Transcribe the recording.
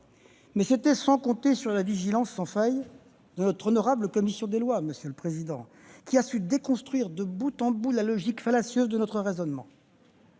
Mais c'était sans compter sur la vigilance sans faille de notre honorable commission des lois, qui a su déconstruire de bout en bout la logique fallacieuse de notre raisonnement.